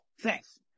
thanks